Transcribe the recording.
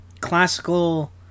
classical